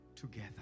Together